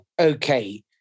Okay